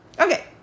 Okay